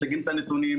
מציגים את הנתונים,